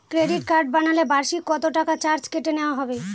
Credit card বানালে বার্ষিক কত টাকা চার্জ কেটে নেওয়া হবে?